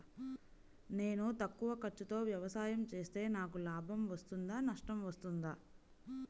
నేను తక్కువ ఖర్చుతో వ్యవసాయం చేస్తే నాకు లాభం వస్తుందా నష్టం వస్తుందా?